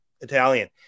Italian